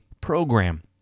program